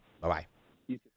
Bye-bye